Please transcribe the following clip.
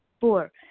four